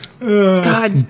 God